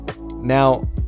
Now